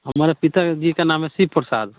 हमारे पिता जी का नाम है शिव प्रसाद